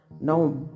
now